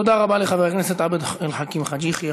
תודה רבה לחבר הכנסת עבד אל חכים חאג' יחיא.